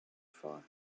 for